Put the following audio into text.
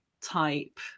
type